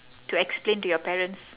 to explain to your parents